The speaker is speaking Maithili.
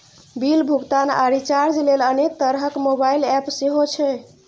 बिल भुगतान आ रिचार्ज लेल अनेक तरहक मोबाइल एप सेहो छै